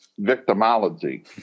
victimology